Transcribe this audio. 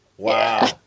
Wow